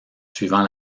suivant